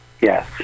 Yes